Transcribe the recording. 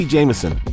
Jameson